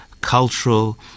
cultural